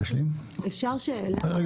גל,